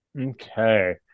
Okay